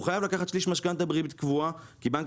הוא חייב לקחת שליש משכנתא בריבית קבועה כי בנק